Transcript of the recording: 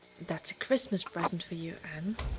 that's a christmas present for you, anne,